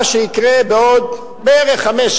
מה יקרה בעוד בערך חמש,